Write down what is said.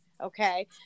Okay